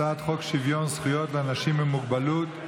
הצעת חוק שוויון זכויות לאנשים עם מוגבלות,